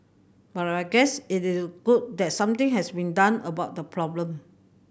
but I guess it is good that something has been done about the problem